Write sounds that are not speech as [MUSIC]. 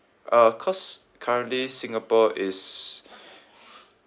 uh cause currently singapore is [BREATH]